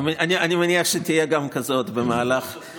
אני מניח שתהיה גם כזאת במהלך --- הזמן